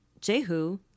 Jehu